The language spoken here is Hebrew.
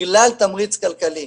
בגלל תמריץ כלכלי,